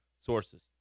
sources